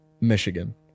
Michigan